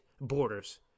borders